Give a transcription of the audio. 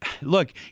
Look